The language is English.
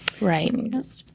Right